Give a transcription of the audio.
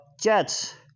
Jets